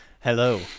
Hello